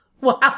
Wow